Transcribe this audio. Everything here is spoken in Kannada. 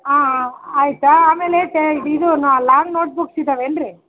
ಆಂ ಆಯಿತಾ ಆಮೇಲೆ ಇದು ನ ಲಾಂಗ್ ನೋಟ್ಬುಕ್ಸ್ ಇದಾವೇನು ರೀ